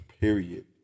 period